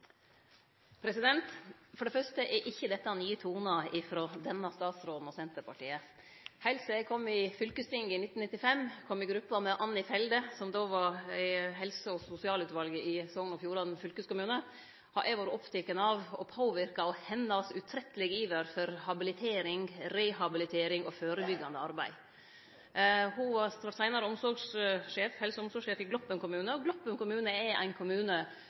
For det fyrste er dette ikkje nye tonar frå denne statsråden og Senterpartiet. Heilt sidan eg kom inn i fylkestinget i 1995 og kom i gruppa med Anni Felde, som då sat i helse- og sosialutvalet i Sogn og Fjordane fylkeskommune, har eg vore oppteken av og påverka av hennar utrøyttelege iver etter habilitering, rehabilitering og førebyggjande arbeid. Ho vart seinare helse- og omsorgssjef i Gloppen kommune, og Gloppen kommune er ein kommune